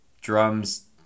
drums